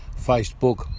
Facebook